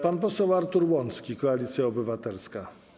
Pan poseł Artur Łącki, Koalicja Obywatelska.